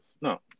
No